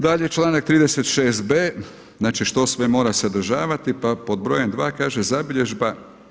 Dalje članak 36b. znači što sve mora sadržavati, pa pod brojem dva kaže : „Zabilježba“